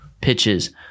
pitches